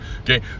Okay